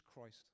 Christ